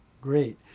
great